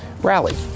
rally